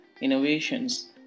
innovations